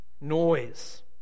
noise